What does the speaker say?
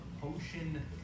potion